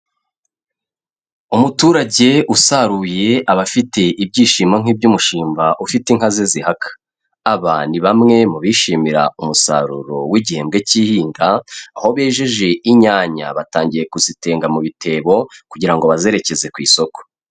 Umuturage usaruye aba afite ibyishimo nk'iby'umushumba ufite inka ze zihaka, aba ni bamwe mu bishimira umusaruro w'igihembwe cy'ihinga, aho bejeje inyanya, batangiye kuzitenga mu bitebo kugira ngo bazerekeze ku isoko.